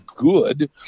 Good